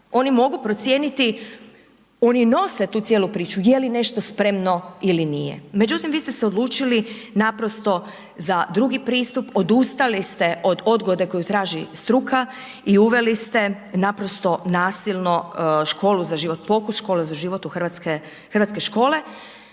oni mogu procijeniti, oni nose tu cijelu priču, je li nešto spremno ili nije, međutim vi ste se odlučili naprosto za drugi pristup, odustali ste od odgode koju traži struka i uveli ste naprosto nasilno Školu za život, pokus Škole za život u hrvatske,